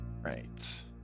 Right